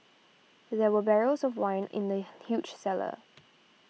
there were barrels of wine in the huge cellar